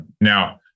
Now